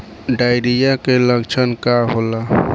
Diarrhoea के लक्षण का होला?